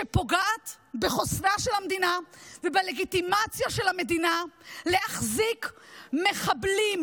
שפוגעת בחוסנה של המדינה ובלגיטימציה של המדינה להחזיק מחבלים,